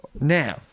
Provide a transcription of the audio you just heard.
Now